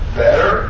better